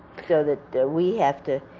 so that we have to